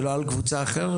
ולא על קבוצה אחרת.